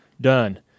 done